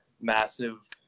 massive